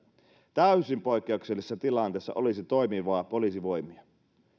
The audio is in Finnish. täysin poikkeuksellisessa tilanteessa olisi toimivia poliisivoimia